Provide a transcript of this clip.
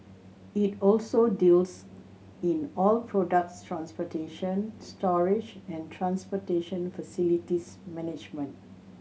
it also deals in oil products transportation storage and transportation facilities management